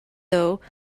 though